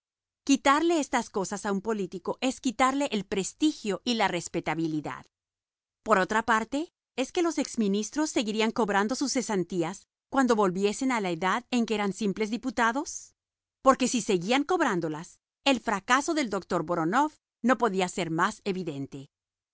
quitarle estas cosas a un político es quitarle el prestigio y la respetabilidad por otra parte es que los ex ministros seguirían cobrando sus cesantías cuando volviesen a la edad en que eran simples diputados porque si seguían cobrándolas el fracaso del doctor voronof no podía ser más evidente